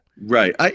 Right